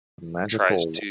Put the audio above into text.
Magical